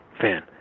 fan